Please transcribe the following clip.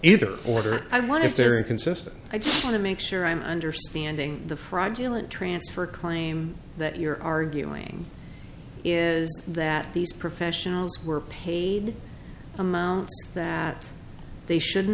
either order i wonder if they're inconsistent i just want to make sure i'm understanding the fraudulent transfer claim that you're arguing is that these professionals were paid amounts that they shouldn't